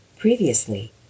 Previously